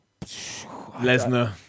Lesnar